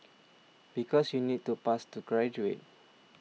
because you need to pass to graduate